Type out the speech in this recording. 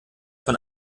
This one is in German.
von